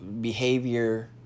behavior